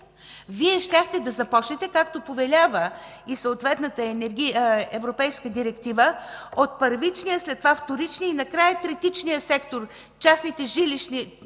Вие щяхте да започнете, както повелява и съответната Европейска директива, от първичния, след това вторичния и накрая третичния сектор – частния жилищен